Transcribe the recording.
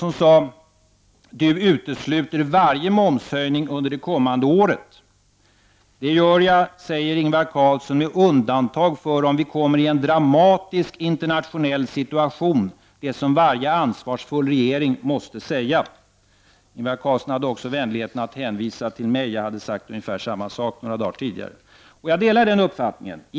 Journalisten sade: Du utesluter varje momshöjning under det kommande året? Det gör jag, sade Ingvar Carlsson, med undantag för om vi kommer i en dramatisk internationell situation — det som varje ansvarsfull regering måste säga. Ingvar Carlsson hade också vänligheten att hänvisa till mig — jag hade sagt ungefär samma sak några dagar tidigare. Och jag delar denna uppfattning.